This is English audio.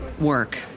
Work